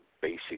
basic